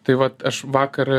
tai vat aš vakar